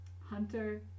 Hunter